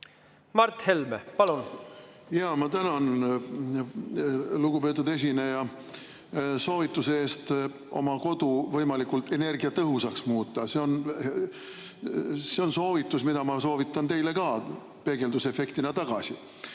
Mart Helme, palun! Ma tänan, lugupeetud esineja, soovituse eest oma kodu võimalikult energiatõhusaks muuta. See on soovitus, mida ma soovitan teile peegeldusefektina tagasi.